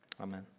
Amen